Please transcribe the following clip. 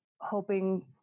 hoping